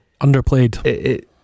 Underplayed